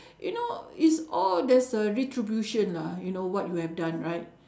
you know it's all there's a retribution lah you know what you have done right